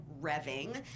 revving